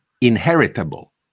inheritable